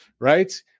right